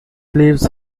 leaves